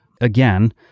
Again